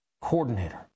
coordinator